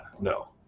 No